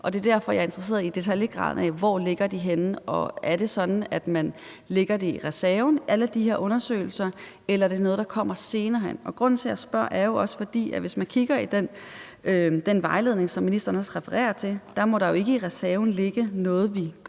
Det er derfor, jeg er interesseret i detaljegraden i det: Hvor de ligger henne? Er det sådan, at man lægger alle de her undersøgelser i reserven, eller er det noget, der kommer senere hen? Grunden til, at jeg spørger, er jo også, at hvis man kigger i den vejledning, som ministeren også refererer til, fremgår det, at der ikke i reserven må ligge nogen